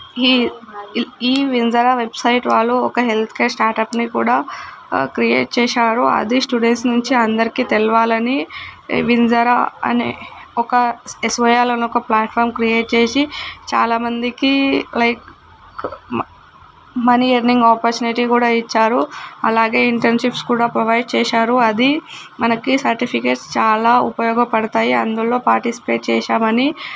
ఈ ఈ వింజరా వెబ్సైట్ వాళ్ళు ఒక హెల్త్ కేర్ స్టార్ట్అప్ని కూడా క్రియేట్ చేశారు అది స్టూడెంట్స్ నుంచి అందరికి తెలవాలని వింజరా అనే ఒక ఎస్ఓఎల్ అనే ప్లాట్ఫాం క్రియేట్ చేసి చాలామందికి లైక్ మనీ ఎర్నింగ్ ఆపర్చునిటీ కూడా ఇచ్చారు అలాగే ఇంటెన్షిప్స్ కూడా ప్రొవైడ్ చేశారు అది మనకి సర్టిఫికేట్స్ చాలా ఉపయోగపడతాయి అందులో పాటిస్పేట్ చేశామని